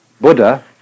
Buddha